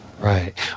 Right